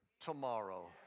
tomorrow